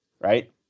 right